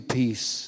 peace